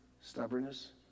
stubbornness